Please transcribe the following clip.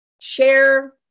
share